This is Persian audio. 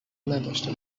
نداشته